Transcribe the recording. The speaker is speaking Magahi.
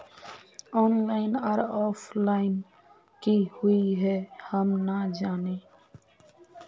ऑनलाइन आर ऑफलाइन की हुई है हम ना जाने?